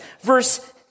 Verse